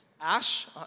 Ash